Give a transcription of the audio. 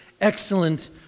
excellent